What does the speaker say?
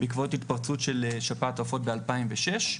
בעקבות התפרצות של שפעת העופות ב-2006,